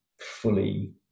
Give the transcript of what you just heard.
fully